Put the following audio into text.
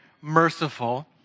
merciful